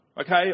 Okay